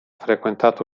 frequentato